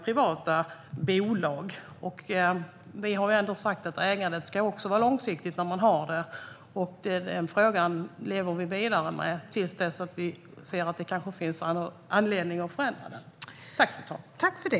Vi har sagt att det ägande staten har ska vara långsiktigt. Det håller vi fast vid, till dess vi ser att det kanske finns anledning att förändra det.